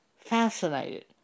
fascinated